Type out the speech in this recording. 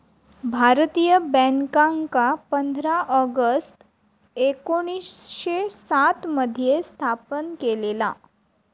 भारतीय बॅन्कांका पंधरा ऑगस्ट एकोणीसशे सात मध्ये स्थापन केलेला